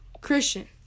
Christian